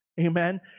Amen